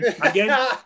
again